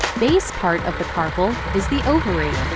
base part of the carpel is the ovary.